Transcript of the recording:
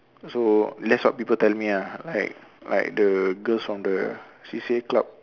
so that's what people tell me ah like like the girls from the C_C_A club